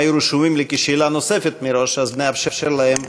הם היו רשומים כשאלה נוספת מראש, אז נאפשר להם.